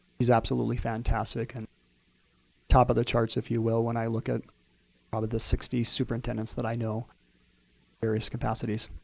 she's absolutely fantastic, and top of the charts, if you will, when i look at probably the sixty superintendents that i know in various capacities.